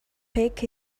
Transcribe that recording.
peak